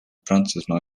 prantsusmaa